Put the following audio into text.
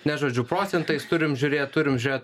ne žodžiu procentais turim žiūrėt turim žiūrėt